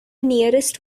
nearest